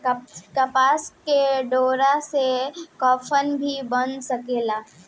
कपास के डोरा से कफन भी बन सकेला